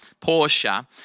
Porsche